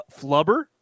Flubber